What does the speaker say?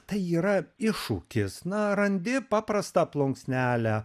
tai yra iššūkis na randi paprastą plunksnelę